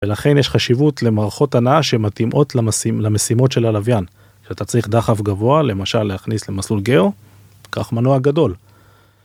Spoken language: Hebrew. ולכן יש חשיבות למערכות הנעה שמתאימות למשימות של הלווין כשאתה צריך דחף גבוה, למשל להכניס למסלול גאו, כך מנוע גדול